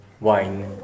wine